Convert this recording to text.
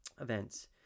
events